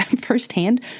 firsthand